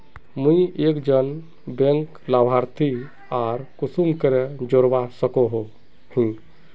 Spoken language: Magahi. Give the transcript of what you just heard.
मुई एक जन बैंक लाभारती आर कुंसम करे जोड़वा सकोहो ही?